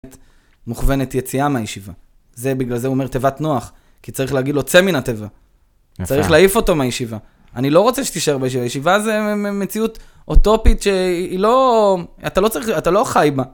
מוכוונת יציאה מהישיבה. זה בגלל זה אומר תיבת נוח. כי צריך להגיד לו - צא מן התיבה. צריך להעיף אותו מהישיבה. אני לא רוצה שתישאר בישיבה. ישיבה זה מציאות אוטופית שהיא לא... אתה לא צריך... אתה לא חי בה.